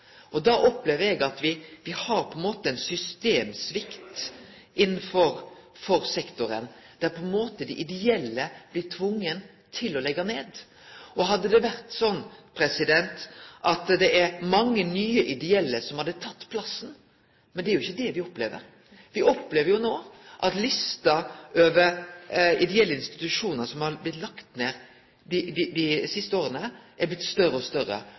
opplever eg at vi på ein måte har ein systemsvikt innanfor sektoren, der dei ideelle blir tvinga til å leggje ned. Hadde det vore slik at det hadde vore mange nye ideelle som hadde teke plassen, men det er ikkje det vi opplever. Vi opplever no at lista over ideelle institusjonar som har blitt lagde ned dei siste åra, har blitt lengre og